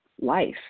life